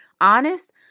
honest